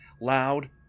loud